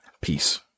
Peace